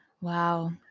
Wow